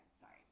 sorry